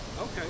Okay